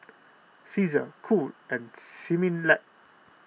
Cesar Cool and Similac